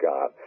God